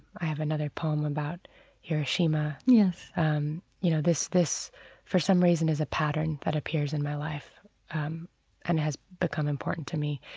i have another poem about hiroshima. um you know, this this for some reason is a pattern that appears in my life um and has become important to me.